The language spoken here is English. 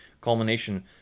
culmination